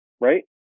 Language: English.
right